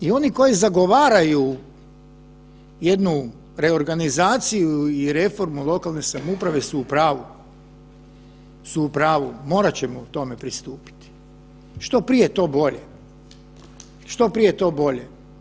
I oni koji zagovaraju jednu reorganizaciju i reformu lokalne samouprave su u pravu, morat ćemo tome pristupit, što prije to bolje, što prije to bolje.